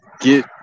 get